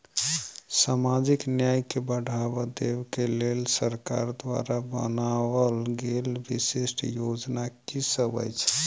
सामाजिक न्याय केँ बढ़ाबा देबा केँ लेल सरकार द्वारा बनावल गेल विशिष्ट योजना की सब अछि?